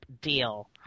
deal